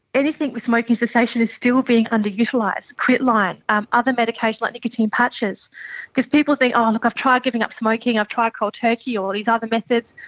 anything with smoking cessation is still being underutilised quitline, um other medication like nicotine patches because people think, ah look, i've tried giving up smoking, i've tried cold turkey or these other methods,